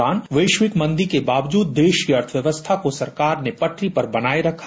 इस अवधि के दौरान वैश्विक मंदी के बावजूद देश की अर्थव्यवस्था को सरकार ने पटरी पर बनाए रखा